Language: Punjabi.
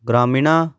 ਗ੍ਰਾਮੀਣਾ